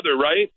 right